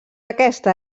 aquesta